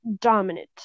dominant